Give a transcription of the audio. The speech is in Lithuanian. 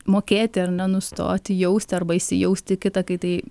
mokėti ar na nustoti jausti arba įsijausti į kitą kai tai